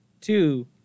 two